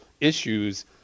issues